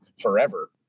forever